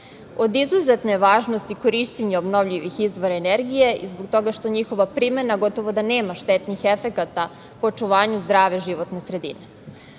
izuzetne važnosti je korišćenje obnovljivih izvora energije i zbog toga što njihova primena gotovo da nema štetnih efekata po očuvanju zdrave životne sredine.